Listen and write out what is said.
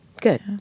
Good